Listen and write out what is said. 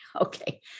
Okay